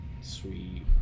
Sweet